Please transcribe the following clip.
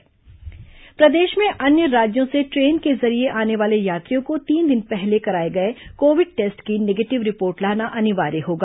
train यात्री Covid जांच प्रदेश में अन्य राज्यों से ट्रेन के जरिये आने वाले यात्रियों को तीन दिन पहले कराए गए कोविड टेस्ट की निगेटिव रिपोर्ट लाना अनिवार्य होगा